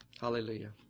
Hallelujah